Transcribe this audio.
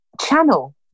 channel